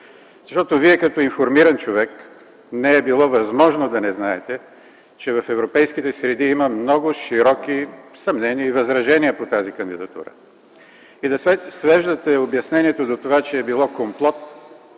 Желева. Като информиран човек не е било възможно да не знаете, че в европейските среди има много широки съмнения и възражения по тази кандидатура. Да свеждате обяснението до това, че е било комплот